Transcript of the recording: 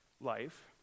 life